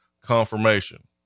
confirmation